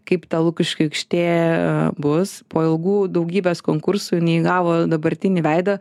kaip ta lukiškių aikštė bus po ilgų daugybės konkursų jinai įgavo dabartinį veidą